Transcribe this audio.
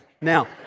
Now